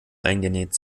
eingenäht